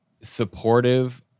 supportive